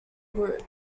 group